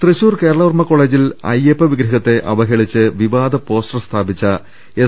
തൃശൂർ കേരളവർമ്മ കോളേജിൽ അയ്യപ്പ വിഗ്രഹത്തെ അവഹേ ളിച്ച് പിപാദ പോസ്റ്റർ സ്ഥാപിച്ച എസ്